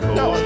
no